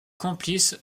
complices